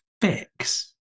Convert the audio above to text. fix